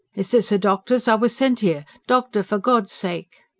is this a doctor's? i wuz sent here. doctor! for god's sake.